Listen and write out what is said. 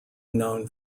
known